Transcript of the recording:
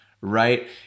right